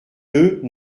deux